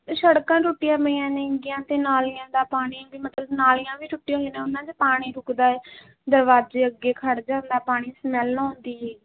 ਸੜਕਾਂ ਟੁੱਟੀਆਂ ਪਈਆਂ ਨੇਗੀਆਂ ਅਤੇ ਨਾਲੀਆਂ ਦਾ ਪਾਣੀ ਵੀ ਮਤਲਬ ਨਾਲੀਆਂ ਵੀ ਟੁੱਟੀਆਂ ਹੋਈਆਂ ਨੇ ਉਹਨਾਂ ਦੇ ਪਾਣੀ ਰੁਕਦਾ ਹੈ ਦਰਵਾਜੇ ਅੱਗੇ ਖੜ੍ਹ ਜਾਂਦਾ ਪਾਣੀ ਸਮੈਲ ਆਉਂਦੀ ਹੈਗੀ